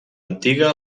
antiga